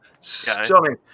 stunning